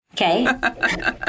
Okay